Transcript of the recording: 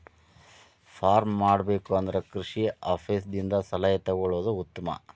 farm ಮಾಡಬೇಕು ಅಂದ್ರ ಕೃಷಿ ಆಪೇಸ್ ದಿಂದ ಸಲಹೆ ತೊಗೊಳುದು ಉತ್ತಮ